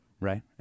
right